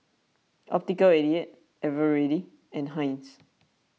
Optical eighty eight Eveready and Heinz